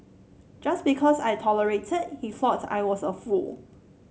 just because I tolerated he thought I was a fool